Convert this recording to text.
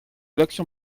l’action